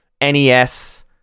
NES